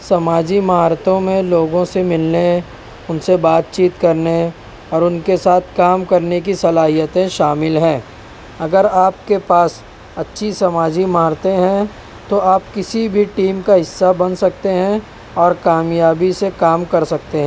سماجی مہارتوں میں لوگوں سے ملنے ان سے بات چیت کرنے اور ان کے ساتھ کام کرنے کی صلاحیتیں شامل ہیں اگر آپ کے پاس اچھی سماجی مہارتیں ہیں تو آپ کسی بھی ٹیم کا حصہ بن سکتے ہیں اور کامیابی سے کام کر سکتے ہیں